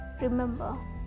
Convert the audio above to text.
remember